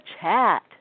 chat